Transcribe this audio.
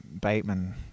Bateman